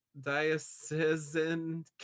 Diocesan